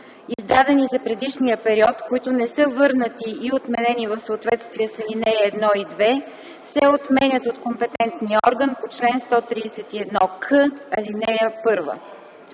издадени за предишния период, които не са върнати и отменени в съответствие с ал. 1 и 2, се отменят от компетентния орган по чл. 131к, ал. 1.”